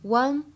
one